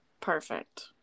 perfect